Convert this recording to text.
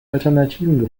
alternativen